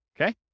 Okay